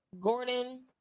gordon